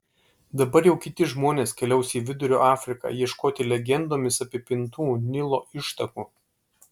dabar jau kiti žmonės keliaus į vidurio afriką ieškoti legendomis apipintų nilo ištakų